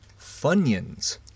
Funyuns